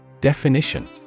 Definition